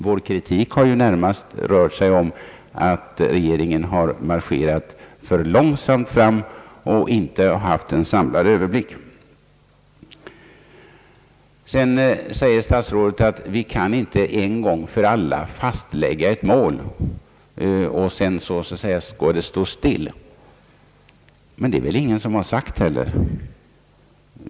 Vår kritik har närmast riktat sig mot att regeringen marscherat för långsamt fram och inte haft en samlad överblick. Statsrådet sade sedan att vi inte en gång för alla kan sätta upp ett mål och därefter låta utvecklingen stå stilla. Ingen har sagt det heller.